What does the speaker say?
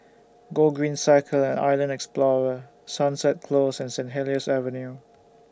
Gogreen Cycle and Island Explorer Sunset Close and Saint Helier's Avenue